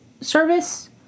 service